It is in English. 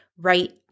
right